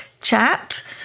chat